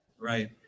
Right